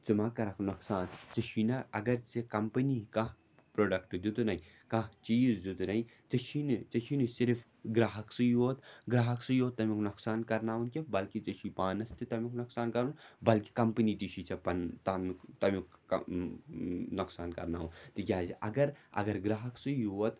ژٕ ما کَرَکھ نۄقصان ژےٚ چھُے نا اگر ژےٚ کَمپٔنی کانٛہہ پرٛوڈَکٹ دیُتنَے کانٛہہ چیٖز دیُتنَے ژےٚ چھی نہٕ ژےٚ چھی نہٕ صرف گرٛاہَکسٕے یوت گرٛاہَکسٕے یوت تَمیُک نۄقصان کَرناوُن کینٛہہ بٔلکہِ ژےٚ چھُے پانَس تہِ تَمیُک نۄقصان کَرُن بٔلکہِ کَمپٔنی تہِ چھُے ژےٚ پَنُن تامیُک تَمیُک نۄقصان کَرناوُن تِکیٛازِ اگر اگر گرٛاہَکسٕے یوت